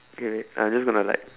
okay I just gonna like